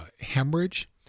hemorrhage